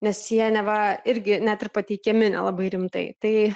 nes jie neva irgi net ir pateikiami nelabai rimtai tai